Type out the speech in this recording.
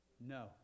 No